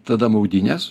tada maudynės